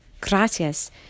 Gracias